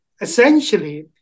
essentially